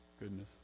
goodness